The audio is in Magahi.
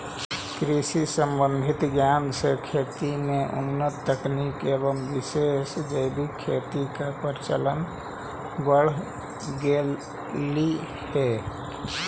कृषि संबंधित ज्ञान से खेती में उन्नत तकनीक एवं विशेष जैविक खेती का प्रचलन बढ़ गेलई हे